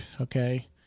Okay